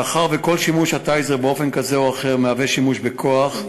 מאחר שכל שימוש ב"טייזר" באופן כזה או אחר הוא שימוש בכוח,